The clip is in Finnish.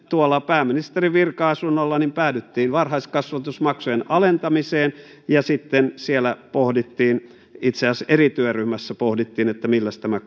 pääministerin virka asunnolla päädyttiin varhaiskasvatusmaksujen alentamiseen ja sitten pohdittiin itse asiassa eri työryhmässä pohdittiin milläs tämä